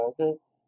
roses